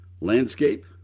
landscape